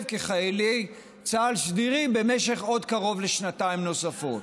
כחיילי צה"ל סדירים במשך עוד קרוב לשנתיים נוספות.